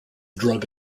drug